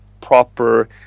proper